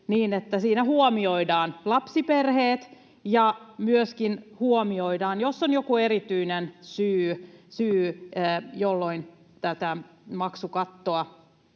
siinä huomioidaan lapsiperheet ja se, jos on joku erityinen syy, jolloin tämä maksukatto,